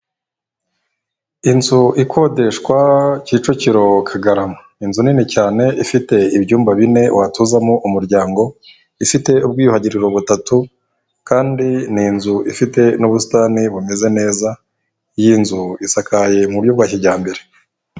Inzu ikodeshwa Kicukiro Kagarama. Inzu nini cyane ifite ibyumba bine watuzamo umuryango, ifite ubwiyuhagiriro butatu kandi ni inzu ifite n'ubusitani bumeze neza iyo nzu isakaye mu biryo bwa kijyambere.